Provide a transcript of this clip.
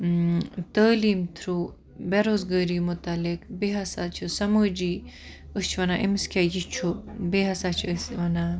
تعلیٖم تھرٛوٗ بےٚ روزگٲری مُتعلق بیٚیہِ ہَسا چھِ سَمٲجی أسۍ چھِ وَنان أمس کیٛاہ یہِ چھُ بیٚیہِ ہَسا چھِ أسۍ وَنان